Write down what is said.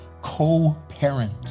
co-parent